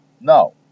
No